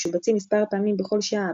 המשובצים מספר פעמים בכל שעה,